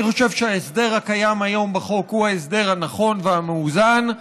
אני חושב שההסדר הקיים היום בחוק הוא ההסדר הנכון והמאוזן,